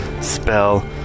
spell